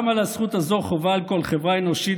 גם על הזכות הזו חובה על כל חברה אנושית,